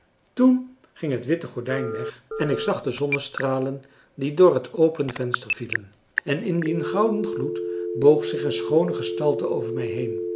toen ging het witte gordijn weg en ik zag de zonnestralen die door het open venster vielen en in dien gouden gloed boog zich een schoone gestalte over mij heen